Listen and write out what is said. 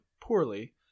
poorly